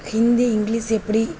Hindi English எப்படி